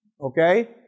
Okay